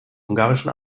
ungarischen